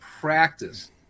practice